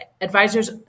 advisors